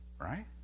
right